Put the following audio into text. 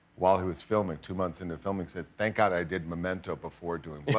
while he was filming, two months into filming, said thank god i did memento before doing like